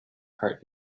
heart